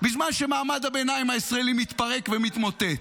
בזמן שמעמד הביניים הישראלי מתפרק ומתמוטט.